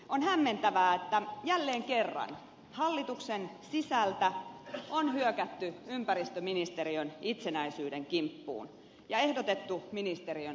on hämmentävää että jälleen kerran hallituksen sisältä on hyökätty ympäristöministeriön itsenäisyyden kimppuun ja ehdotettu ministeriön alasajoa